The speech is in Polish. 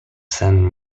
sen